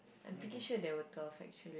I'm pretty sure there were twelve actually